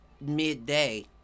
midday